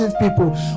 people